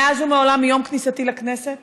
מאז ומעולם, מיום כניסתי לכנסת